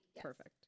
Perfect